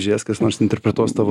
žiūrės kas nors interpretuos tavo